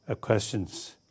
questions